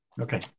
Okay